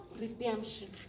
redemption